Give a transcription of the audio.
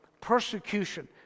persecution